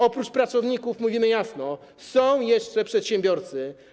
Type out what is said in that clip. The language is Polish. Oprócz pracowników, co mówimy jasno, są jeszcze przedsiębiorcy.